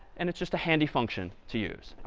and it's just a handy function to use.